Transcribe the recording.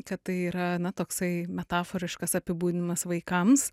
kad tai yra na toksai metaforiškas apibūdinimas vaikams